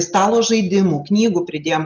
stalo žaidimų knygų pridėjom